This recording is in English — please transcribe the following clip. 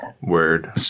Word